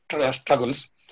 struggles